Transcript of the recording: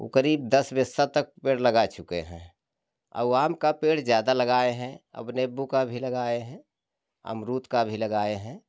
वो करीब दस बस्या तक पेड़ लगा चुके हैं औ आम का पेड़ ज्यादा लगाएँ है अब नींबू का भी लगाएँ हैं अमरूद का भी लगाएँ हैं